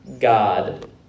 God